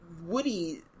Woody